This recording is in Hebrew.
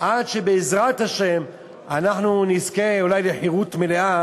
עד שבעזרת השם אנחנו נזכה אולי לחירות מלאה